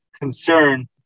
concern